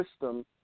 system